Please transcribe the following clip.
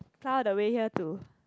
come all the way here to